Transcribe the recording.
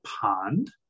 pond